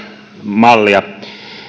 mallia